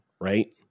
Right